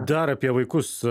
dar apie vaikus